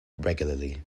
regularly